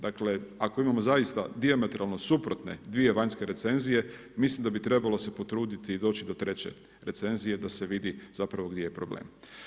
Dakle ako imamo zaista dijametralno suprotne dvije vanjske recenzije mislim da bi trebalo se potruditi i doći do treće recenzije da se vidi zapravo gdje je problem.